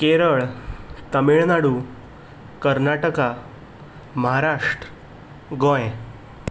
Kerala Tamil Nadu Karnataka Maharashtra Goa